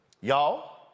Y'all